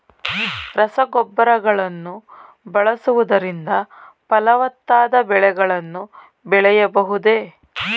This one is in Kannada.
ರಸಗೊಬ್ಬರಗಳನ್ನು ಬಳಸುವುದರಿಂದ ಫಲವತ್ತಾದ ಬೆಳೆಗಳನ್ನು ಬೆಳೆಯಬಹುದೇ?